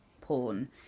porn